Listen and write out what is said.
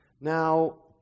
Now